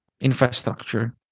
infrastructure